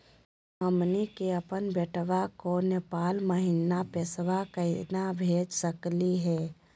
हमनी के अपन बेटवा क नेपाल महिना पैसवा केना भेज सकली हे?